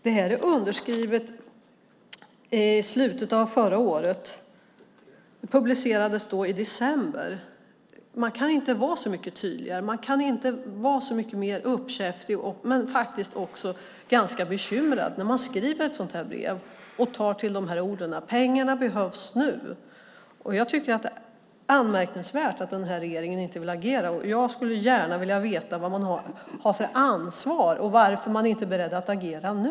Det är underskrivet i slutet av förra året. Det publicerades i december. Man kan inte vara så mycket tydligare. Man kan inte vara så mycket mer uppkäftig. Man är faktiskt också ganska bekymrad när man skriver ett sådant brev och tar till de orden: Pengarna behövs nu. Jag tycker att det är anmärkningsvärt att den här regeringen inte vill agera. Jag skulle gärna vilja veta vad man har för ansvar och varför man inte är beredd att agera nu.